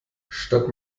statt